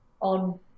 on